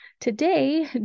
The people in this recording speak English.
today